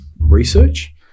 research